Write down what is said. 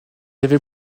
avait